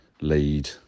lead